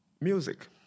music